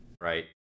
Right